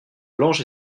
blanche